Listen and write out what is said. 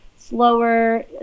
slower